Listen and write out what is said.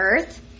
earth